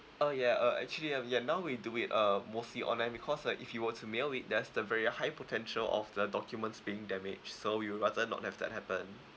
uh ya uh actually uh we ya now we do it um mostly online because like if you were to mail it there's the very high potential of the documents being damaged so we'd rather not have that happen